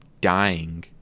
dying